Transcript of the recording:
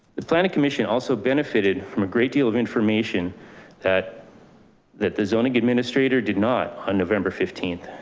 the planning commission also benefited from a great deal of information that that the zoning administrator did not on november fifteenth.